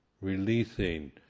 Releasing